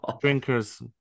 drinkers